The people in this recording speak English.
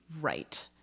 right